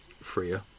freer